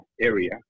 area